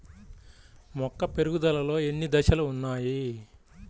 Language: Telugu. మొక్క పెరుగుదలలో ఎన్ని దశలు వున్నాయి?